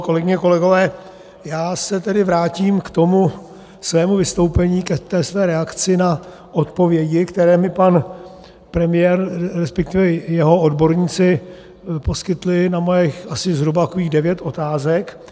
Kolegyně, kolegové, já se tedy vrátím k tomu svému vystoupení, k té své reakci na odpovědi, které mi pan premiér, respektive jeho odborníci poskytli na mých asi zhruba takových devět otázek.